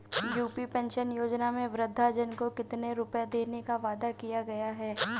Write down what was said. UP pension योजना में वृद्धजन को कितनी रूपये देने का वादा किया गया है?